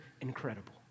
incredible